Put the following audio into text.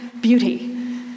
beauty